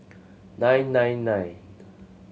nine nine nine